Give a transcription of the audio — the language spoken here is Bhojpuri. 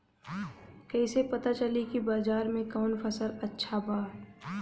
कैसे पता चली की बाजार में कवन फसल अच्छा बा?